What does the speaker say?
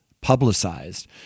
publicized